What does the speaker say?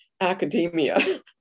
academia